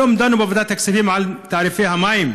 היום דנו בוועדת הכספים על תעריפי המים,